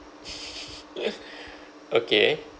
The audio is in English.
okay